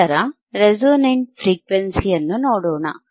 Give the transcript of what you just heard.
ನಂತರ resonant frequency ಅನ್ನು ನೋಡೋಣ